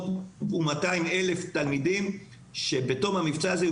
כ-300,000 תלמידים שבתום המבצע הזה יהיו